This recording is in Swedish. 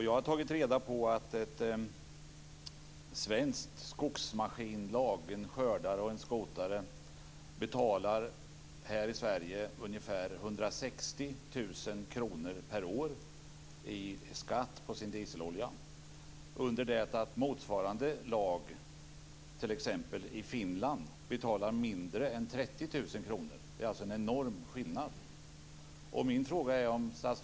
Jag har tagit reda på att ett svenskt skogsmaskinlag - en skördare och en skotare - betalar här i Sverige ca 160 000 kr per år i skatt på sin dieselolja medan motsvarande skogsmaskinlag i Finland betalar mindre än 30 000 kr.